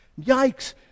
Yikes